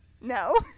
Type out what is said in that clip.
no